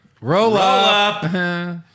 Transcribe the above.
roll-up